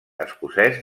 escocès